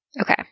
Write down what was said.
Okay